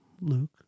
Luke